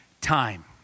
time